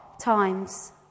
times